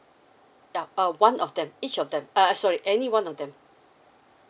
yup err one of them each of them err eh sorry any one of them